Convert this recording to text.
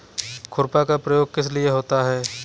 खुरपा का प्रयोग किस लिए होता है?